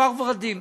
כפר ורדים.